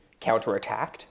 counterattacked